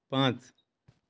पांच